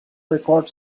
record